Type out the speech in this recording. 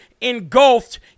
engulfed